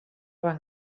van